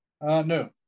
No